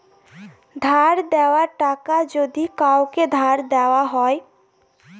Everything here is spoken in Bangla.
ধার দেওয়া টাকা যদি কাওকে ধার দেওয়া হয়